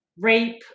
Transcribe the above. rape